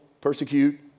persecute